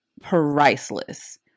priceless